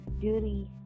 duty